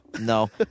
No